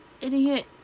Idiot